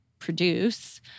produce